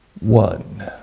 one